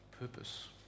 purpose